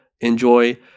enjoy